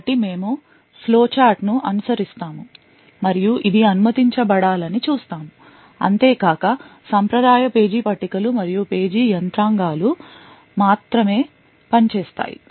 కాబట్టి మేము ఫ్లోచార్ట్ ను అనుసరిస్తాము మరియు ఇది అనుమతించబడాలని చూస్తాము అంతే కాక సాంప్రదాయ పేజీ పట్టికలు మరియు పేజీ యంత్రాంగాలు మాత్రమే పనిచేస్తాయి